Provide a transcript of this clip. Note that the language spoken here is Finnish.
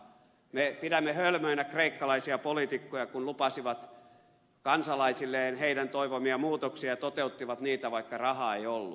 me pidämme hölmöinä kreikkalaisia poliitikkoja kun lupasivat kansalaisilleen näiden toivomia muutoksia ja toteuttivat niitä vaikka rahaa ei ollut